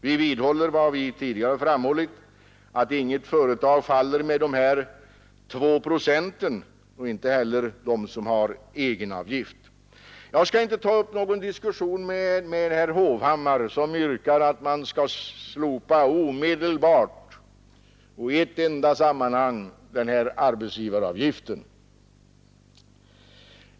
Vi vidhåller den mening som vi tidigare framfört, nämligen att inget företag går omkull på grund av denna tvåprocentiga avgift, och det gör ej heller någon med egenavgift. Jag skall inte ta upp någon diskussion med herr Hovhammar, som yrkar att man omedelbart och i ett enda sammanhang skall slopa denna arbetsgivaravgift.